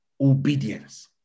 Obedience